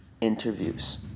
interviews